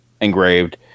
engraved